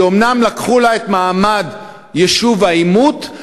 כי אומנם לקחו לה את מעמד יישוב העימות,